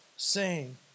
Sing